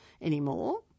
anymore